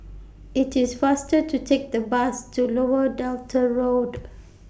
IT IS faster to Take The Bus to Lower Delta Road